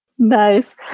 Nice